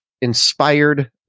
inspired